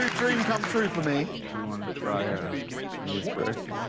dream come true for me. you want to try a ah new trick.